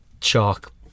chalk